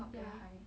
yeah